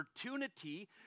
opportunity